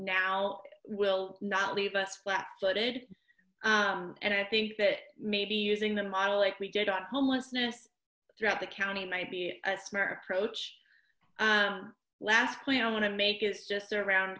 now will not leave us flat footed and i think that maybe using the model like we did on homelessness throughout the county might be a smart approach last point i want to make is just around